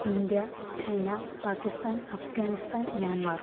India China Pakistan Afghanistan Myanmar